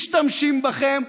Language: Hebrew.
משתמשים בכם.